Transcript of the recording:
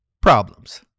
problems